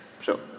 Sure